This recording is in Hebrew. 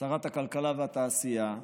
שרת הכלכלה והתעשייה,